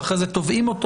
ואחרי זה תובעים אותו.